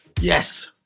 Yes